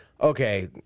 okay